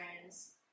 friends